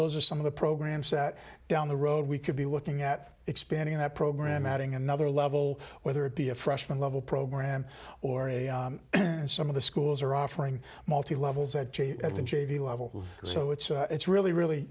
those are some of the programs set down the road we could be looking at expanding that program adding another level whether it be a freshman level program or a and some of the schools are offering multi levels at the j v level so it's it's really really